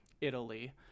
Italy